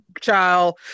child